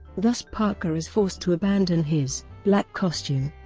thus parker is forced to abandon his black costume,